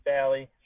Valley